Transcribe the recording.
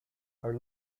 are